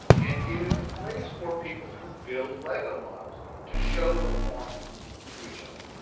and it is a place for people who build lego models to show them off to each other.